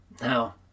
Now